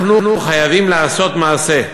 אנחנו חייבים לעשות מעשה.